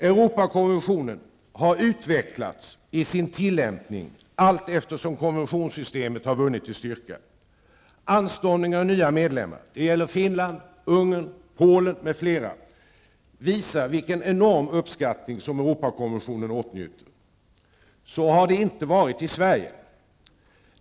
Europakonventionen har utvecklats i sin tillämpning allteftersom konventionssystemet vunnit i styrka. Anstormningen av nya medlemmar till Europarådet -- Finland, Ungern, Polen m.fl. -- visar vilken enorm uppskattning som Europakonventionen åtnjuter. Så har det inte varit i Sverige.